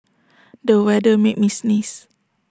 the weather made me sneeze